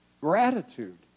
Gratitude